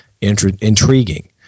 intriguing